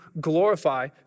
glorify